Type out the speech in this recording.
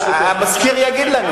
המזכיר יגיד לנו.